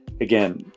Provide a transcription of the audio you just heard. Again